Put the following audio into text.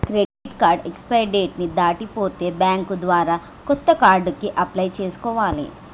credit card expiry date ని దాటిపోతే bank ద్వారా కొత్త కార్డుకి అప్లై చేసుకోవాలే